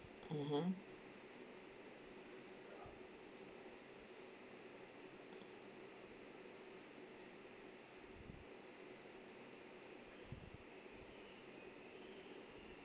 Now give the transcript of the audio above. mmhmm